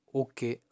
okay